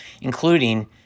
including